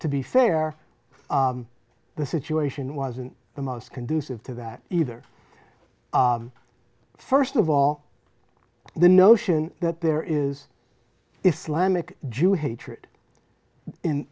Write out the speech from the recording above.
to be fair the situation wasn't the most conducive to that either first of all the notion that there is is slamming jew hatred